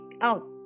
out